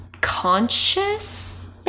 conscious